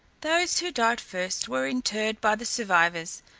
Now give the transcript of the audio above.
those who died first were interred by the survivors,